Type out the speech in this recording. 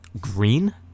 Green